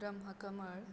भ्रम्ह कमळ